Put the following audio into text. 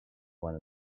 one